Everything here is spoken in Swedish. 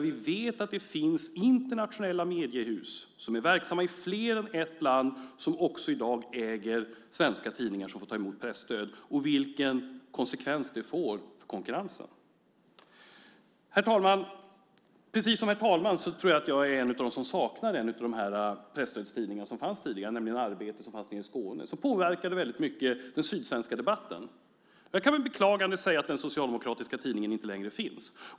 Vi vet att det finns internationella mediehus som är verksamma i mer än ett land och som i dag också äger svenska tidningar som får ta emot presstöd och vilken konsekvens det får för konkurrensen. Herr talman! Precis som herr talman tror jag att jag är en av dem som saknar en av de presstödstidningar som fanns tidigare, nämligen tidningen Arbetet som fanns nere i Skåne. Den påverkade väldigt mycket den sydsvenska debatten. Jag kan med beklagande säga att den socialdemokratiska tidningen inte längre finns.